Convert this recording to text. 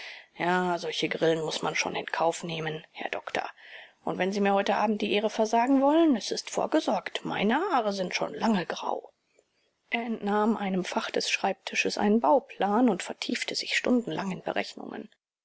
ja solche grillen muß man schon in kauf nehmen herr doktor und wenn sie mir heute abend die ehre versagen wollen es ist vorgesorgt meine haare sind schon lange grau er entnahm einem fach des schreibtisches einen bauplan und vertiefte sich stundenlang in berechnungen